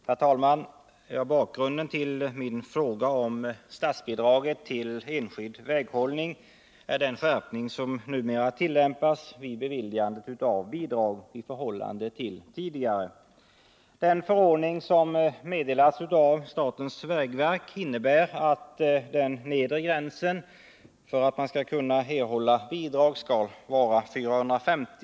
Herr talman! Bakgrunden till min fråga om statsbidrag till enskild väghållning är att tillämpningen av förordningen numera skärpts vid beviljandet av bidrag. De tillämpningsföreskrifter som meddelats av statens vägverk innebär att en nedre gräns för väglängden på 450 m skall gälla för att man skall erhålla bidrag.